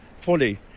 fully